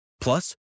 Plus